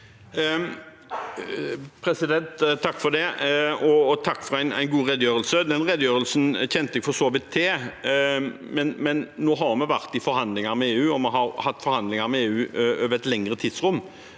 Takk for det og takk for en god redegjørelse. Den redegjørelsen kjente jeg for så vidt til, men nå har vi vært i forhandlinger med EU, og vi har hatt forhandlinger med EU over et lengre tidsrom.